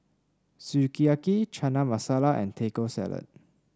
Sukiyaki Chana Masala and Taco Salad